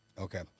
Okay